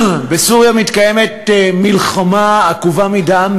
בסוריה מתקיימת מלחמה עקובה מדם,